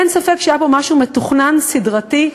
אין ספק שהיה פה משהו מתוכנן, סדרתי.